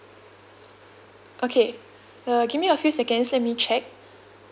okay err give me a few seconds let me check